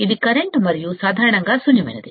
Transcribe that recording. ఇది కరెంటు మరియు సాధారణంగా శూన్య పరచింది